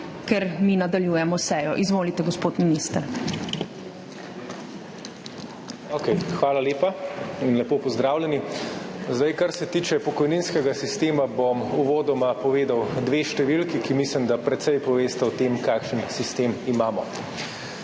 ker mi nadaljujemo sejo. Izvolite, gospod minister.